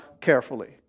carefully